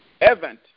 event